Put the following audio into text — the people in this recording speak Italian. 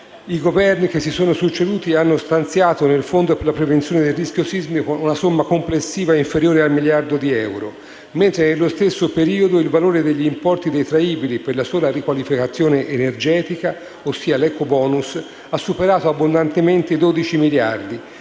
i Governi che si sono succeduti hanno stanziato nel Fondo per la prevenzione del rischio sismico una somma complessiva inferiore al miliardo di euro, mentre nello stesso periodo il valore degli importi detraibili per la sola riqualificazione energetica - ossia l'ecobonus - ha superato abbondantemente i 12 miliardi